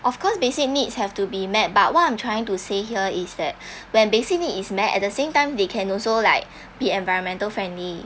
of course basic needs have to be met but what I'm trying to say here is that when basic need is met at the same time they can also like be environmental friendly